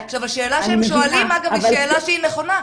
השאלה שהם שואלים, אגב, היא שאלה שהיא נכונה.